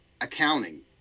accounting